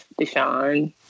Deshaun